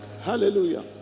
Hallelujah